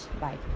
Bye